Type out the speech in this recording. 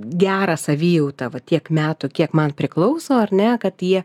gerą savijautą va tiek metų kiek man priklauso ar ne kad jie